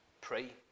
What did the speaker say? pray